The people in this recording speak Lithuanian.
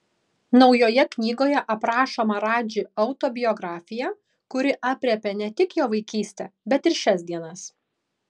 naujoje knygoje aprašoma radži autobiografija kuri aprėpia ne tik jo vaikystę bet ir šias dienas